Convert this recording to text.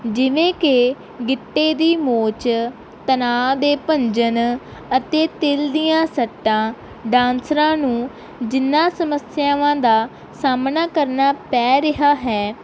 ਜਿਵੇਂ ਕਿ ਗਿੱਟੇ ਦੀ ਮੋਚ ਤਣਾਅ ਦੇ ਭੰਜਨ ਅਤੇ ਤਿਲ ਦੀਆਂ ਸੱਟਾਂ ਡਾਂਸਰਾਂ ਨੂੰ ਜਿਹਨਾਂ ਸਮੱਸਿਆਵਾਂ ਦਾ ਸਾਹਮਣਾ ਕਰਨਾ ਪੈ ਰਿਹਾ ਹੈ